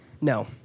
No